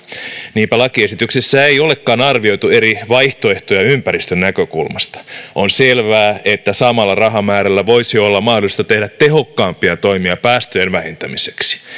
niinpä lakiesityksessä ei olekaan arvioitu eri vaihtoehtoja ympäristön näkökulmasta on selvää että samalla rahamäärällä voisi olla mahdollista tehdä tehokkaampia toimia päästöjen vähentämiseksi